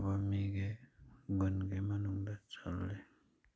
ꯑꯐꯕ ꯃꯤꯒꯤ ꯒꯨꯟꯒꯤ ꯃꯅꯨꯡꯗ ꯆꯜꯂꯤ